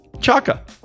Chaka